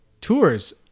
Tours